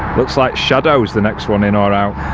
looks like shadow is the next one in or out.